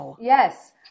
yes